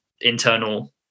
internal